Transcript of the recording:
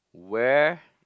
where